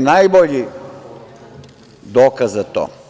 najbolji dokaz za to.